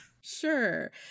sure